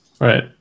Right